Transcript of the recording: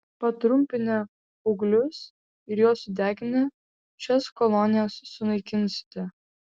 patrumpinę ūglius ir juos sudeginę šias kolonijas sunaikinsite